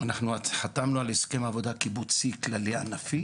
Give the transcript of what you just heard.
אנחנו חתמנו על הסכם עבודה קיבוצי, כלכלי, ענפי